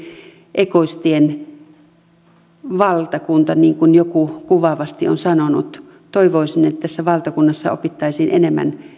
egoistien valtakunnaksi niin kuin joku kuvaavasti on sanonut toivoisin että tässä valtakunnassa opittaisiin enemmän